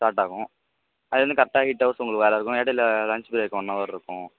start ஆகும் அதுலேந்து கரெக்டா எயிட் ஹவர்ஸ் உங்களுக்கு வேலை இருக்கும் இடையல லன்ச் பிரேக் ஒன் ஹவர் இருக்கும்